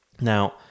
Now